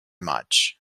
much